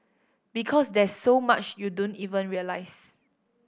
because there's so much you don't even realise